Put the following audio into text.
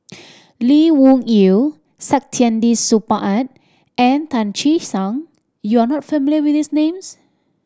Lee Wung Yew Saktiandi Supaat and Tan Che Sang you are not familiar with these names